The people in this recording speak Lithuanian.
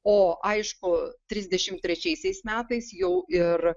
o aišku trisdešimt trečiaisiais metais jau ir